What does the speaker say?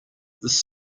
this